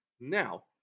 Now